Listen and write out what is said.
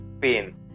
pain